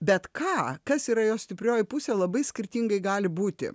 bet ką kas yra jo stiprioji pusė labai skirtingai gali būti